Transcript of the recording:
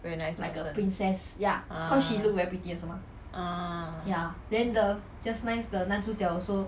very nice person uh uh